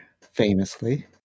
famously